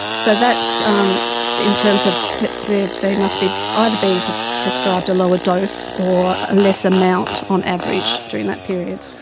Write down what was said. so that's um in terms of they they must be ah either being prescribed a lower dose or a less amount on average during that period.